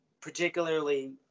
particularly